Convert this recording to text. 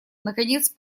наконец